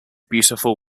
beautiful